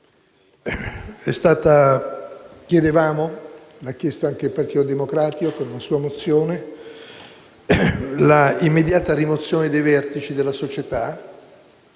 effetti. Chiedevamo - l'ha chiesto anche il Partito Democratico con la sua mozione - l'immediata rimozione dei vertici della società